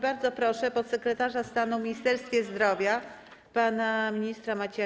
Bardzo proszę podsekretarza stanu w Ministerstwie Zdrowia pana ministra Macieja